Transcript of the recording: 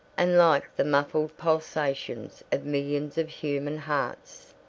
and like the muffled pulsations of millions of human hearts.